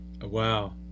Wow